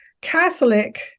Catholic